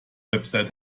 website